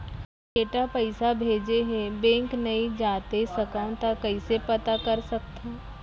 बेटा पइसा भेजे हे, बैंक नई जाथे सकंव त कइसे पता कर सकथव?